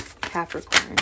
Capricorn